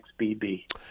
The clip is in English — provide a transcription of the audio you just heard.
XBB